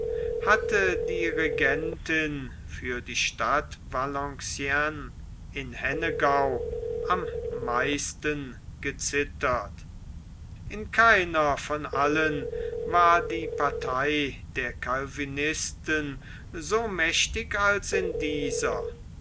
hatte die regentin für die stadt valenciennes in hennegau am meisten gezittert in keiner von allen war die partei der calvinisten so mächtig als in dieser